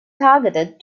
targeted